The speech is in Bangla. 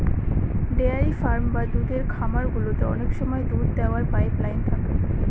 ডেয়ারি ফার্ম বা দুধের খামার গুলোতে অনেক সময় দুধ দোওয়ার পাইপ লাইন থাকে